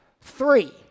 three